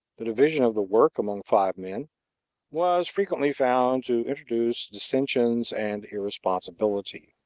the division of the work among five men was frequently found to introduce dissensions and irresponsibility.